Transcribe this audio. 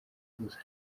gusa